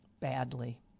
badly